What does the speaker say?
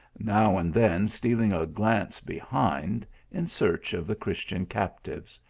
now and then stealing a glance behind in search of the christian captives,